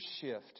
shift